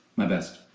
my best.